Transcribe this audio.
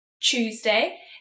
Tuesday